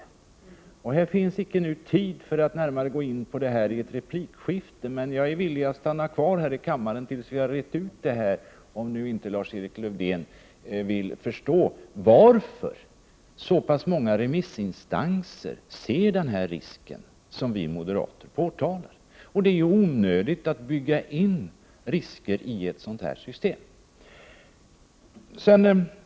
I ett replikskifte finns icke tid att närmare gå in på det här, men jag är villig att stanna kvar här i kammaren tills vi har rett ut det, om Lars-Erik Lövdén inte nu vill förstå varför så många remissinstanser ser den risk som vi moderater påtalar. Det är onödigt att bygga in risker i ett sådant här system.